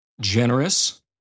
Generous